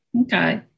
Okay